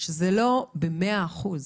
רואה שזה לא ב-100 אחוז,